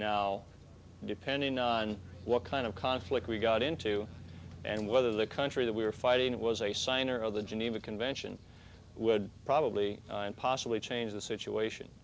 now depending on what kind of conflict we got into and whether the country that we were fighting was a signer of the geneva convention would probably possibly change the situation